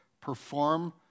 perform